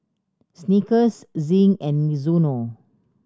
Snickers Zinc and Mizuno